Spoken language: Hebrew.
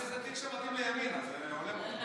זה שר שמתאים לימין אז זה הולם אותו.